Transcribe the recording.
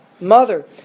mother